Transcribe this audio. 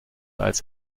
als